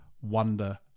wonder